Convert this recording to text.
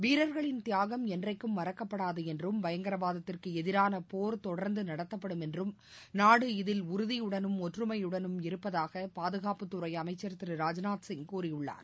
வீரர்களின் தியாகம் என்றைக்கும் மறக்கப்படாது என்றும் பயங்கரவாதத்திற்கு எதிரான போர் தொடா்ந்து நடத்தப்படும் என்றும் நாடு இதில் உறுதியுனும் ஒற்றுமையுடனும் இருப்பதாக பாதுகாப்புத்துறை அமைச்சர் திரு ராஜ்நாத்சிங் கூறியுள்ளார்